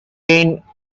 gain